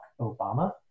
Obama